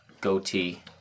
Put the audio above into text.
goatee